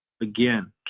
Again